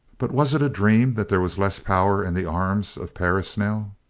but was it a dream that there was less power in the arms of perris now?